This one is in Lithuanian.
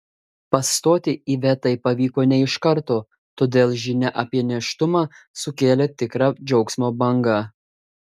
pastoti ivetai pavyko ne iš karto todėl žinia apie nėštumą sukėlė tikrą džiaugsmo bangą